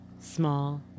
small